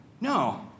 No